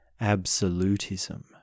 absolutism